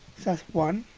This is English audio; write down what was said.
that's one.